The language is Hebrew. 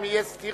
אם תהיה סתירה,